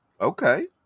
Okay